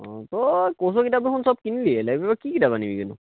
অঁ তই ক'ৰ্চৰ কিতাপ দেখোন চব কিনিলিয়েই লাইব্ৰেৰীৰ পৰা কি কিতাপ আনিবিনো